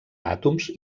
àtoms